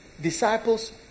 disciples